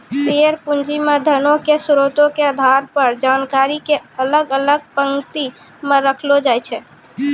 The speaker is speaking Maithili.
शेयर पूंजी मे धनो के स्रोतो के आधार पर जानकारी के अलग अलग पंक्ति मे रखलो जाय छै